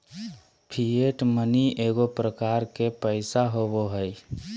fiat money एगो प्रकार के पैसा होबो हइ